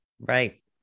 Right